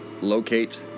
locate